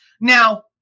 Now